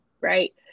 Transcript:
right